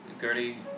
Gertie